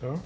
have.